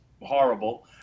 horrible